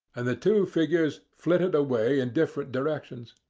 and the two figures flitted away in different directions.